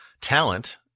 talent